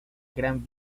gran